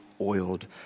oiled